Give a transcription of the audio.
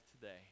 today